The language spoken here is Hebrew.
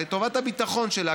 לטובת הביטחון שלה,